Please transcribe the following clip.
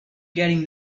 getting